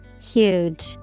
Huge